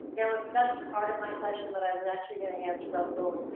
that's part of my question that i was actually gonna ask russell.